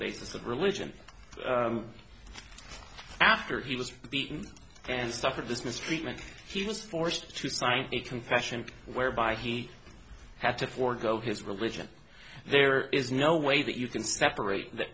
basis of religion after he was beaten and suffered this mistreatment he was forced to sign a confession whereby he had to forgo his religion there is no way that you can separate th